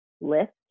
lift